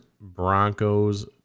Broncos